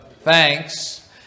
thanks